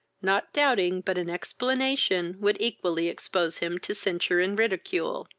not doubting but an explanation would equally expose him to censure and ridicule.